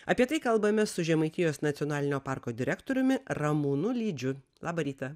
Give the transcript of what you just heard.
apie tai kalbamės su žemaitijos nacionalinio parko direktoriumi ramūnu lydžiu labą rytą